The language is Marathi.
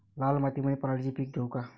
लाल मातीमंदी पराटीचे पीक घेऊ का?